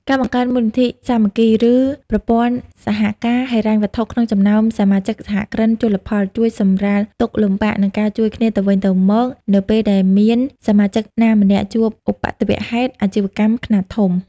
ការបង្កើតមូលនិធិសាមគ្គី ឬប្រព័ន្ធសហការហិរញ្ញវត្ថុក្នុងចំណោមសមាជិកសហគ្រិនជលផល ជួយសម្រាលទុក្ខលំបាក និងការជួយគ្នាទៅវិញទៅមកនៅពេលដែលមានសមាជិកណាម្នាក់ជួបឧប្បត្តិហេតុអាជីវកម្មខ្នាតធំ។